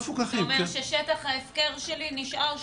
זאת אומרת ששטח ההפקר שלי נשאר גדול,